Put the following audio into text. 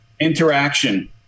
interaction